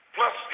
Plus